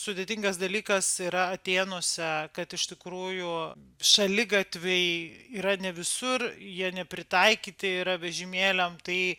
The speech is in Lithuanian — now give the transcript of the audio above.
sudėtingas dalykas yra atėnuose kad iš tikrųjų šaligatviai yra ne visur jie nepritaikyti yra vežimėliam tai